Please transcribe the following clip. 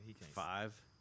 Five